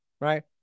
right